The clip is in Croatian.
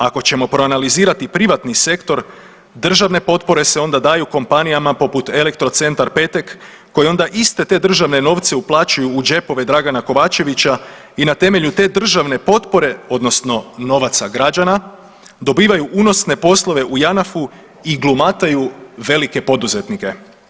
Ako ćemo proanalizirati privatni sektor državne potpore se onda daju kompanijama poput Elektrocentar Petek koji onda iste te državne novce uplaćuje u džepove Dragana Kovačevića i na temelju te državne potpore odnosno novaca građana dobivaju unosne poslove u JANAF-u i glumatuju velike poduzetnike.